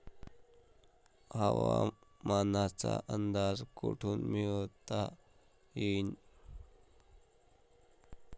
हवामानाचा अंदाज कोठून मिळवता येईन?